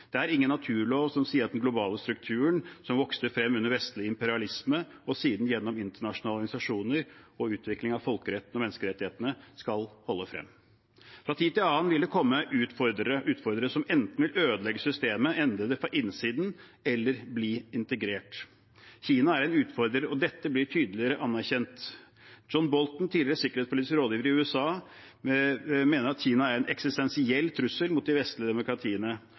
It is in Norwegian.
Det er ingen naturlov som sier at den globale strukturen som vokste frem under vestlig imperialisme, og siden gjennom internasjonale organisasjoner og utvikling av folkeretten og menneskerettighetene, skal holde frem. Fra tid til annen vil det komme utfordrere som enten vil ødelegge systemet, endre det fra innsiden eller bli integrert. Kina er en utfordrer, og dette blir tydeligere anerkjent. John Bolton, tidligere sikkerhetspolitisk rådgiver i USA, mener at Kina er en eksistensiell trussel mot de vestlige demokratiene.